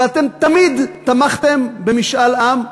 ואתם תמיד תמכתם במשאל עם,